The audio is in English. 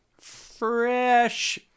fresh